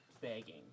begging